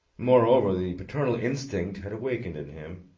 moreover, the paternal instinct had awakened in him.